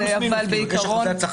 פלוס-מינוס.